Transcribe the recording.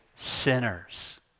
sinners